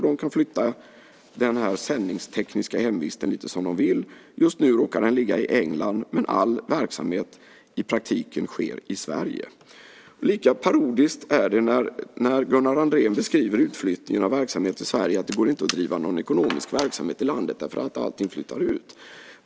De kan flytta den sändningstekniska hemvisten lite som de vill. Just nu råkar den ligga i England, men all verksamhet sker i praktiken i Sverige. Lika parodiskt är det när Gunnar Andrén beskriver utflyttning av verksamhet från Sverige. Det går inte att driva någon ekonomisk verksamhet i landet, eftersom allting flyttar ut.